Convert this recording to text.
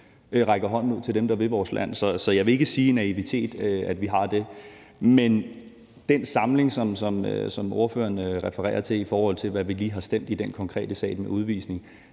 rækker hånden ud til dem, der vil vores land. Så jeg vil ikke sige, at vi har udvist naivitet. Men den samling, som ordføreren refererer til, i forhold til hvad vi lige har stemt i den konkrete sag om udvisning,